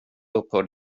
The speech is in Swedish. upphör